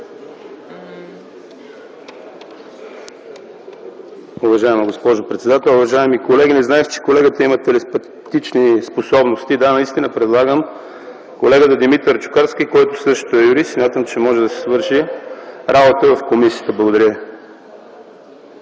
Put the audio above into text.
Уважаема госпожо председател, уважаеми колеги! Не знаех, че колегата има телепатични способности. Да, наистина предлагам колегата Димитър Чукарски, който също е юрист и смятам, че може да си свърши работата в комисията. Благодаря